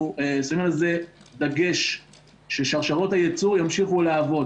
אנחנו עשינו דגש ששרשראות הייצור ימשיכו לעבוד.